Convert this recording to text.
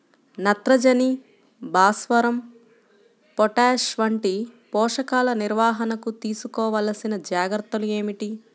నత్రజని, భాస్వరం, పొటాష్ వంటి పోషకాల నిర్వహణకు తీసుకోవలసిన జాగ్రత్తలు ఏమిటీ?